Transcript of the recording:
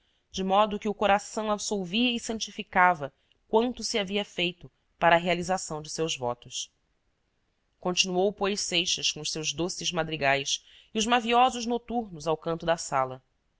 de modo que o coração absolvia e santificava quanto se havia feito para realização de seus votos continuou pois seixas com os seus doces madrigais e os maviosos noturnos ao canto da sala